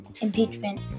impeachment